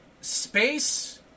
space